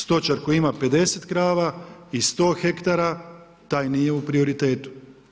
Stočar koji ima 50 krava i 100 hektara, taj nije u prioritetu.